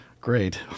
Great